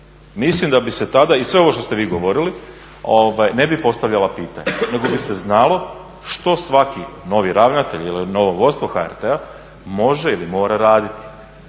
Mislim da bi se tada i sve ovo što ste vi govorili ne bi postavljala pitanja nego bi se znalo što svaki novi ravnatelj ili novo vodstvo HRT-a može ili mora raditi.